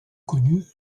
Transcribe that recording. connus